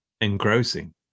engrossing